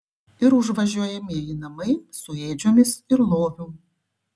ir užvažiuojamieji namai su ėdžiomis ir loviu